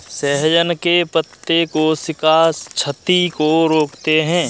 सहजन के पत्ते कोशिका क्षति को रोकते हैं